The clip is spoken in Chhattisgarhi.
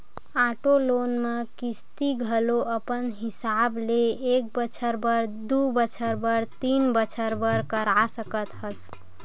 आटो लोन म किस्ती घलो अपन हिसाब ले एक बछर बर, दू बछर बर, तीन बछर बर करा सकत हस